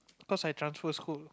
cause I transfer school